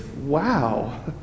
Wow